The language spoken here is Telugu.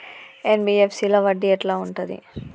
ఎన్.బి.ఎఫ్.సి లో వడ్డీ ఎట్లా ఉంటది?